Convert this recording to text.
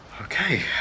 Okay